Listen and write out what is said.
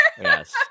Yes